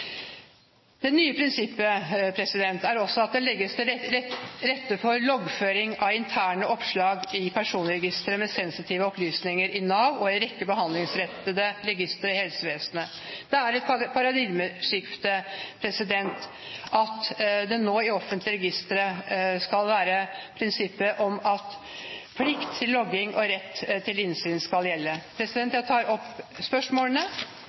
Det nye prinsippet er også at det legges til rette for loggføring av interne oppslag i personregistre med sensitive opplysninger i Nav og en rekke behandlingsrettede registre i helsevesenet. Det er et paradigmeskifte at prinsippet om plikt til logging og rett til innsyn i offentlige registre nå skal gjelde.